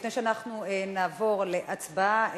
לפני שאנחנו נעבור להצבעה,